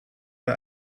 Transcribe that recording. der